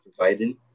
biden